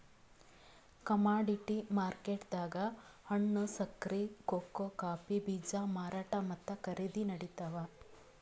commodity ಮಾರ್ಕೆಟ್ದಾಗ್ ಹಣ್ಣ್, ಸಕ್ಕರಿ, ಕೋಕೋ ಕಾಫೀ ಬೀಜ ಮಾರಾಟ್ ಮತ್ತ್ ಖರೀದಿ ನಡಿತಾವ್